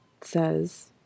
says